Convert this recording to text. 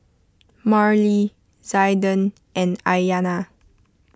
Marlee Zaiden and Aiyana